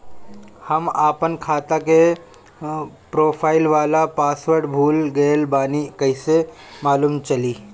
हम आपन खाता के प्रोफाइल वाला पासवर्ड भुला गेल बानी कइसे मालूम चली?